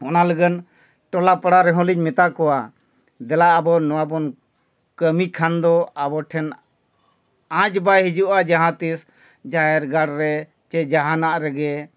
ᱚᱱᱟ ᱞᱟᱹᱜᱤᱫ ᱴᱚᱞᱟ ᱯᱟᱲᱟ ᱨᱮᱦᱚᱸᱞᱤᱧ ᱢᱮᱛᱟ ᱠᱚᱣᱟ ᱫᱮᱞᱟ ᱟᱵᱚ ᱱᱚᱣᱟ ᱵᱚᱱ ᱠᱟᱹᱢᱤ ᱠᱷᱟᱱ ᱫᱚ ᱟᱵᱚ ᱴᱷᱮᱱ ᱟᱡ ᱵᱟᱭ ᱦᱤᱡᱩᱜᱼᱟ ᱡᱟᱦᱟᱸ ᱛᱤᱥ ᱡᱟᱦᱮᱨ ᱜᱟᱲ ᱨᱮ ᱥᱮ ᱡᱟᱦᱟᱱᱟᱜ ᱨᱮᱜᱮ